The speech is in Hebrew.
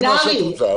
תגידי מה שאת רוצה.